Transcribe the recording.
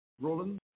Roland